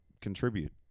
contribute